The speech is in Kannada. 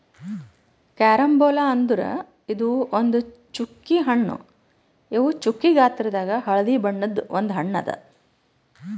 ಕ್ಯಾರಂಬೋಲಾ ಅಂದುರ್ ಇದು ಒಂದ್ ಚ್ಚುಕಿ ಹಣ್ಣು ಇವು ಚ್ಚುಕಿ ಗಾತ್ರದಾಗ್ ಹಳದಿ ಬಣ್ಣದ ಒಂದ್ ಹಣ್ಣು ಅದಾ